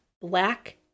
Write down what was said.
black